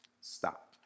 stop